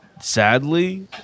sadly